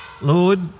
Lord